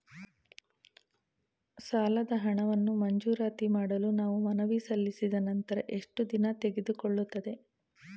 ಸಾಲದ ಹಣವನ್ನು ಮಂಜೂರಾತಿ ಮಾಡಲು ನಾವು ಮನವಿ ಸಲ್ಲಿಸಿದ ನಂತರ ಎಷ್ಟು ದಿನ ತೆಗೆದುಕೊಳ್ಳುತ್ತದೆ?